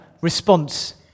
response